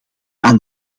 aan